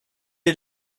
est